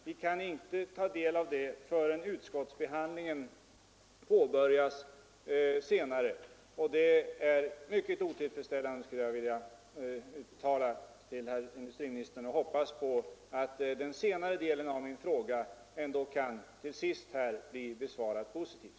Vi kan inte ta del av det materialet förrän utskottsbehandlingen påbörjats, och det är, herr industriminister, mycket otillfredsställande. Jag hoppas ändå att den senare delen av min fråga till sist kan bli positivt besvarad här.